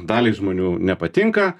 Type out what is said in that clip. daliai žmonių nepatinka